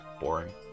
boring